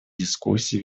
дискуссии